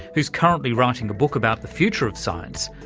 who's currently writing a book about the future of science,